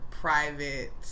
private